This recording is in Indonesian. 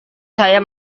saya